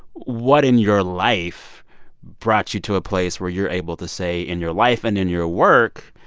what in your life brought you to a place where you're able to say, in your life and in your work,